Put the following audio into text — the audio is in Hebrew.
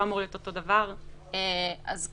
זה לא